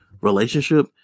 relationship